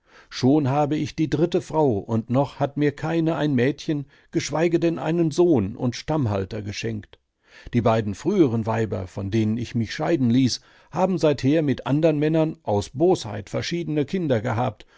schon habe ich die dritte frau und noch hat mir keine ein mädchen geschweige denn einen sohn und stammhalter geschenkt die beiden früheren weiber von denen ich mich scheiden ließ haben seither mit andern männern aus bosheit verschiedene kinder gehabt